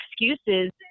excuses